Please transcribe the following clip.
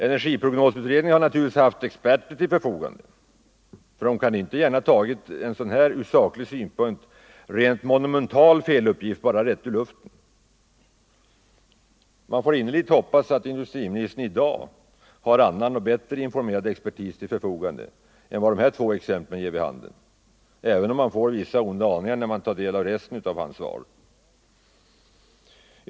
Energiprognosutredningen har naturligtvis haft experter till sitt förfogande, då ju en sådan från saklig synpunkt rent monumental felaktighet inte bara kan ha tagits rätt ur luften. Man får innerligt hoppas att industriministern i dag har annan och bättre informerad expertis till sitt förfogande än vad dessa båda exempel ger vid handen — även om man får vissa onda aningar när man tar del av resten av hans svar.